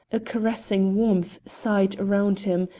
a caressing warmth sighed round him,